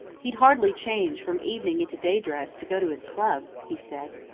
he'd hardly change from evening into day dress to go to his club, he said.